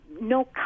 no